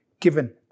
given